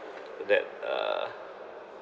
that uh